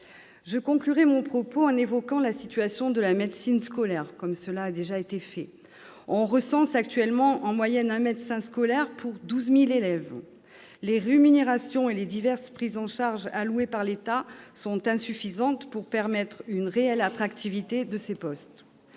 Je conclurai mon propos en évoquant la situation de la médecine scolaire, à la suite d'autres orateurs. On recense actuellement, en moyenne, un médecin scolaire pour 12 000 élèves. Les rémunérations et les diverses prises en charge allouées par l'État sont insuffisantes pour assurer une réelle attractivité de ces postes.